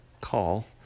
call